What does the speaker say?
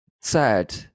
sad